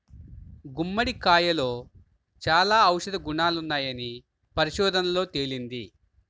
గుమ్మడికాయలో చాలా ఔషధ గుణాలున్నాయని పరిశోధనల్లో తేలింది